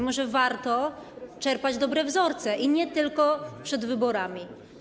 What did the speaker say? Może warto czerpać dobre wzorce nie tylko przed wyborami.